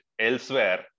elsewhere